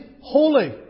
Holy